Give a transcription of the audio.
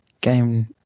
Game